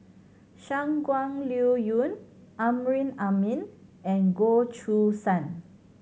Shangguan Liuyun Amrin Amin and Goh Choo San